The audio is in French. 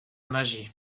magie